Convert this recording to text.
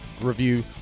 review